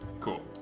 Cool